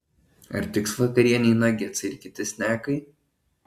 ar tiks vakarienei nagetsai ir kiti snekai